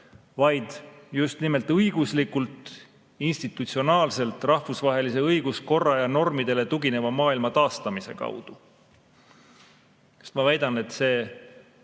vaid just nimelt õiguslikult, institutsionaalselt, rahvusvahelise õiguskorra ja normidele tugineva maailma taastamise kaudu. Ma väidan, et see